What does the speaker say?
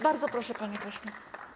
Bardzo proszę, panie pośle.